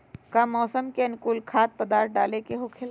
का मौसम के अनुकूल खाद्य पदार्थ डाले के होखेला?